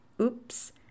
oops